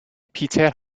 پیتر